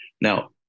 Now